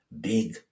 big